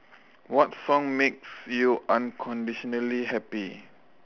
what song makes you unconditionally happy